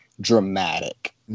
dramatic